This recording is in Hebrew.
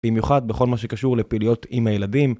במיוחד בכל מה שקשור לפעילויות עם הילדים.